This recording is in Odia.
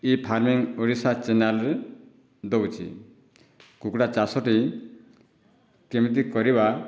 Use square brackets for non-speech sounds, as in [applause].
ଏ [unintelligible] ଓଡ଼ିଶା ଚ୍ୟାନେଲରେ ଦେଉଛି କୁକୁଡ଼ା ଚାଷଟି କେମିତି କରିବା